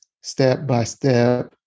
step-by-step